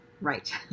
right